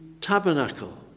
tabernacle